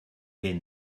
ben